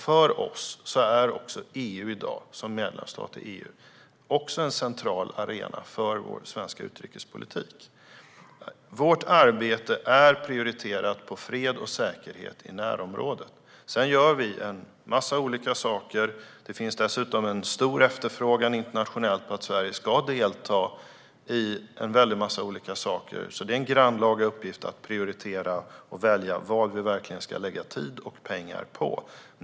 För oss som medlemsstat i EU är också EU i dag en central arena för vår svenska utrikespolitik. I vårt arbete prioriteras fred och säkerhet i närområdet. Sedan gör vi en massa olika saker. Internationellt finns det dessutom en stor efterfrågan på att Sverige ska delta i en väldig massa olika saker, så det är en grannlaga uppgift att prioritera och välja vad vi ska lägga tid och pengar på.